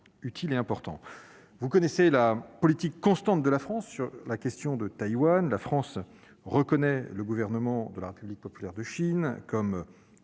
utile et important. Vous connaissez la politique constante de la France sur la question de Taïwan : elle reconnaît le gouvernement de la République populaire de Chine comme